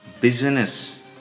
business